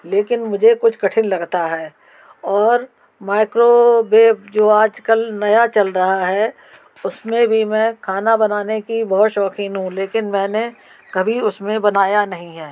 लेकिन मुझे कुछ कठिन लगता है और माइक्रोवेव जो आजकल नया चल रहा है उसमें भी मैं खाना बनाने की बहुत शौकीन हूँ लेकिन मैंने कभी उसमें बनाया नहीं है